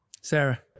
Sarah